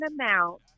amount